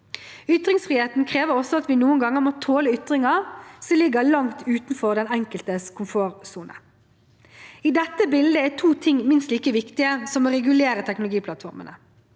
Ytringsfriheten krever også at vi noen ganger må tåle ytringer som ligger langt utenfor den enkeltes komfortsone. I dette bildet er to ting minst like viktige som å regulere teknologiplattformene.